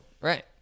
Right